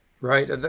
Right